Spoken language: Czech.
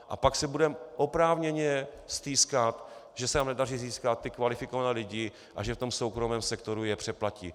A pak si budeme oprávněně stýskat, že se nám nedaří získat kvalifikované lidi a že v tom soukromém sektoru je přeplatí.